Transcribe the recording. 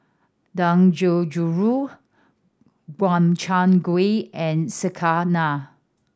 Dangojiru Gobchang Gui and Sekihan